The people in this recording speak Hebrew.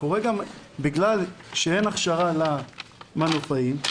בגלל שאין הכשרה למנופאים,